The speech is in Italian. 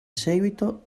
seguito